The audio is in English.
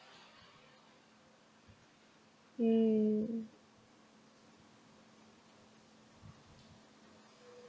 mm